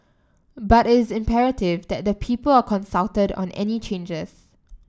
but it is imperative that the people are consulted on any changes